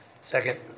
Second